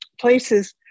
places